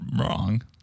wrong